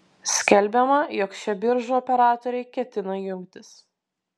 skelbiama jog šie biržų operatoriai ketina jungtis